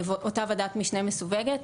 אותה ועדת משנה מסווגת.